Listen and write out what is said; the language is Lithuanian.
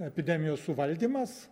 epidemijos suvaldymas